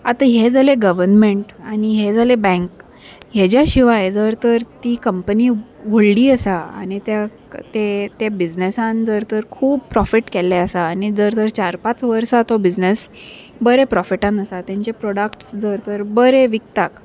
आतां हें जालें गवर्नमेंट आनी हें जाले बँक हेज्या शिवाय जर तर ती कंपनी व्हडली आसा आनी त्या ते ते बिझनेसान जर तर खूब प्रॉफीट केल्ले आसा आनी जर तर चार पांच वर्सा तो बिझनेस बरें प्रॉफिटान आसा तेंचे प्रॉडक्ट्स जर तर बरें विकतात